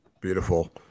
Beautiful